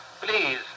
please